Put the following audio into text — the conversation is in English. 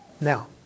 Now